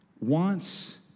wants